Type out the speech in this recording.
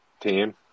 team